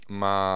ma